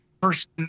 person